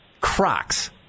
Crocs